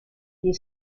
gli